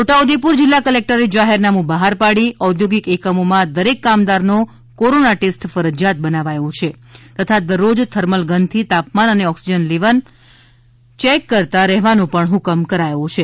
છોટાઉદેપુર જિલ્લા કલેકટરે જાહેરનમું બહાર પાડી ઔદ્યોગિક એકમોમાં દરેક કામદારનો કોરોના ટેસ્ટ ફરજિયાત બનાવાયો છે તથા દરરોજ થર્મલ ગનથી તાપમાન અને ઑક્સીજન લેવલ ચેક કરતાં રહેવાનો હકમ કરાયો છે